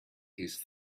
his